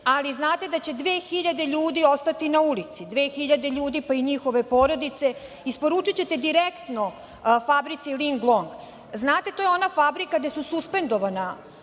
ali znate da će 2000 ljudi ostati na ulici, 2000 ljudi, pa i njihove porodice, isporučićete direktno fabrici „Linglong“. Znate, to je ona fabrika gde su suspendovana